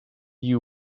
you